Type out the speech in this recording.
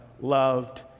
loved